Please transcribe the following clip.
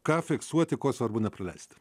ką fiksuoti ko svarbu nepraleisti